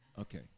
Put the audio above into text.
Okay